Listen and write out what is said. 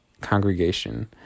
congregation